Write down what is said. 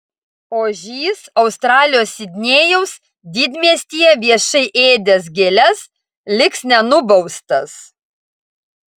ožys australijos sidnėjaus didmiestyje viešai ėdęs gėles liks nenubaustas